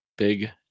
Big